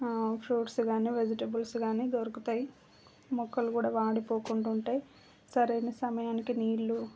fruits కాని vegetables కాని దొరుకుతాయి మొక్కలు కూడా వాడిపోకుండా ఉంటాయి సరైన సమయానికి నీళ్ళు